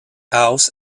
house